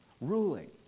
Ruling